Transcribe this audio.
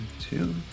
two